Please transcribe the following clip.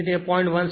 તેથી તે 0